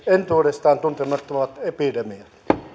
entuudestaan tuntemattomat epidemiat